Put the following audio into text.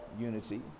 unity